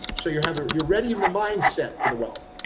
so you're having you're ready in the mindset for the wealth,